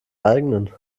eigenen